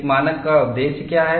एक मानक का उद्देश्य क्या है